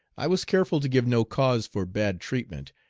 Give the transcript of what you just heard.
i was careful to give no cause for bad treatment,